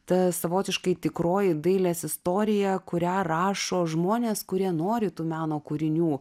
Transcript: ta savotiškai tikroji dailės istorija kurią rašo žmonės kurie nori tų meno kūrinių